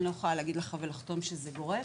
אני לא יכולה להגיד לך ולחתום שזה גורף